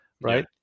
right